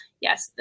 yes